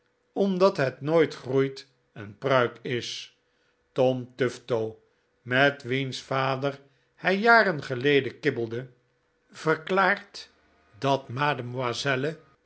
orndat het nooit groeit een pruik is tom tufto met wicns vader hij jaren geleden kibbelde verklaart dat mademoiselle